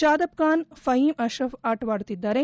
ಶಾದಬ್ ಬಾನ್ ಫೀಮ್ ಅಕ್ರಫ್ ಆಡುತ್ತಿದ್ದಾರೆ